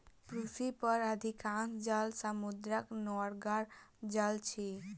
पृथ्वी पर अधिकांश जल समुद्रक नोनगर जल अछि